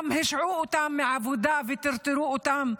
השעו אותן מהעבודה וטרטרו אותן.